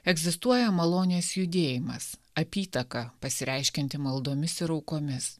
egzistuoja malonės judėjimas apytaka pasireiškianti maldomis ir aukomis